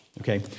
okay